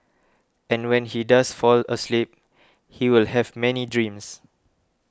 and when he does fall asleep he will have many dreams